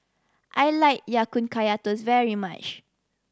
I like Ya Kun Kaya Toast very much